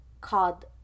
called